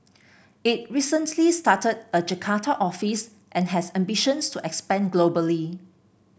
it recently started a Jakarta office and has ambitions to expand globally